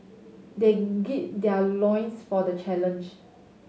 they gird their loins for the challenge